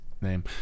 name